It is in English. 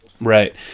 right